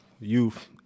youth